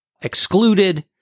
excluded